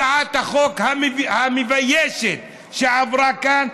הצעת החוק המביישת שעברה כאן,